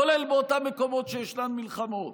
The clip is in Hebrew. כולל באותם מקומות שבהם יש מלחמות.